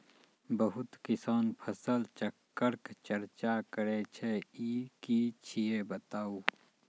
बहुत किसान फसल चक्रक चर्चा करै छै ई की छियै बताऊ?